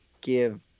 give